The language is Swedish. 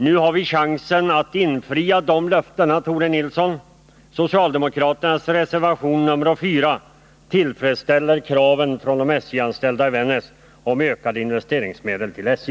Nu har vi chansen att infria de löftena, Tore Nilsson! Socialdemokraternas reservation nr 4 tillfredsställer kraven från de SJ-anställda i Vännäs om ökade investeringsmedel till SJ.